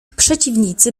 przeciwnicy